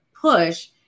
push